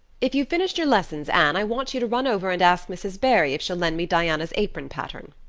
if you've finished your lessons, anne, i want you to run over and ask mrs. barry if she'll lend me diana's apron pattern.